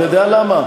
אתה יודע למה?